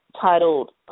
titled